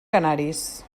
canaris